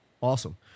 Awesome